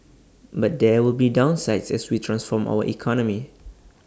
but there will be downsides as we transform our economy